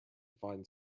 find